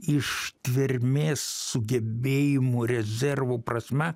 ištvermės sugebėjimų rezervų prasme